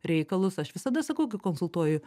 reikalus aš visada sakau kai konsultuoju